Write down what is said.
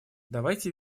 давайте